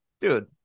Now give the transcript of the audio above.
dude